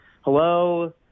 hello